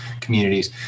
communities